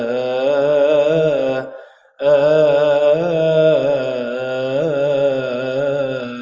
ah a